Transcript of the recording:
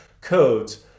codes